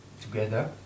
together